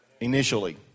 initially